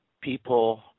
people